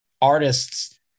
artists